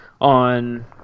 on